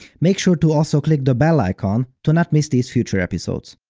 make sure to also click the bell icon to not miss these future episodes.